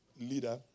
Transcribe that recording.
leader